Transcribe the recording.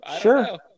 Sure